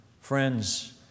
friends